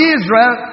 Israel